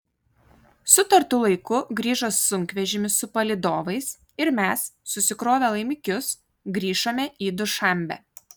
sutartu laiku grįžo sunkvežimis su palydovais ir mes susikrovę laimikius grįžome į dušanbę